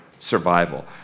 survival